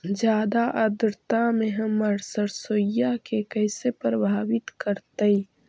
जादा आद्रता में हमर सरसोईय के कैसे प्रभावित करतई?